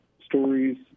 stories